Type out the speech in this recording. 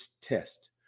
test